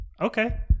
Okay